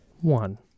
one